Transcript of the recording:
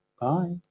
Bye